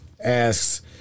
Asks